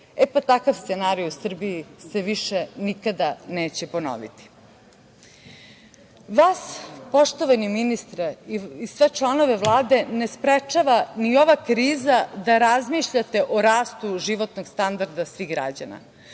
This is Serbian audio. E, pa takav scenario u Srbiji se više nikada neće ponoviti. Vas poštovani ministre i sve članove Vlade ne sprečava ni ova kriza da razmišljate o rastu životnog standarda svih građana,